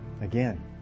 again